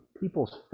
People's